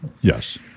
Yes